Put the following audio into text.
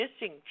missing